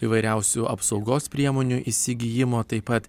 įvairiausių apsaugos priemonių įsigijimo taip pat